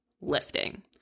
lifting